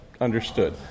understood